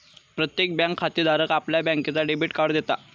प्रत्येक बँक खातेधाराक आपल्या बँकेचा डेबिट कार्ड देता